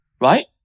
Right